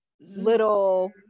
little